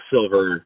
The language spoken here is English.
Silver